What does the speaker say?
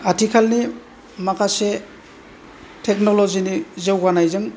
आथिखालनि माखासे टेक्नल'जि नि जौगानायजों